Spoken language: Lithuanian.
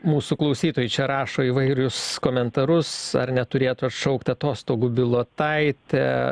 mūsų klausytojai čia rašo įvairius komentarus ar neturėtų atšaukt atostogų bilotaitė